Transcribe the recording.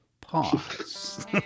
pause